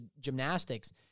gymnastics